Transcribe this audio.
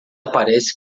aparece